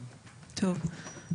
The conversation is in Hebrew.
בבקשה.